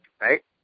right